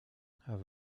have